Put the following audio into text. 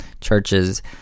churches